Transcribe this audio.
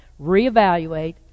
reevaluate